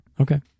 Okay